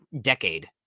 decade